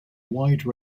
wide